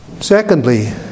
Secondly